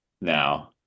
now